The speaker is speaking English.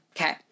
okay